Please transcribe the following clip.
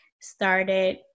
started